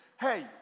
hey